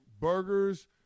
burgers